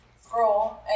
scroll